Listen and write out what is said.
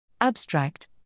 Abstract